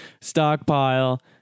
stockpile